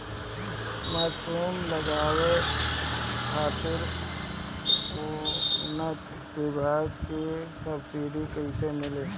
Mushroom लगावे खातिर उद्यान विभाग से सब्सिडी कैसे मिली?